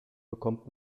bekommt